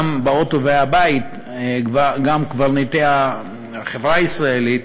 גם באות ובאי הבית, גם קברניטי החברה הישראלית,